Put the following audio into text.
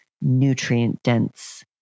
nutrient-dense